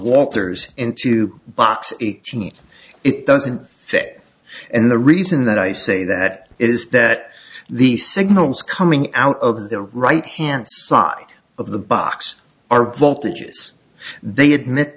walters into box it doesn't fit and the reason that i say that is that the signals coming out of the right hand side of the box are voltages they admit